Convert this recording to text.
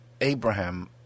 Abraham